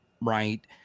Right